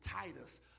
Titus